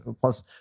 Plus